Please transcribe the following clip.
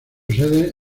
sede